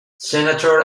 senator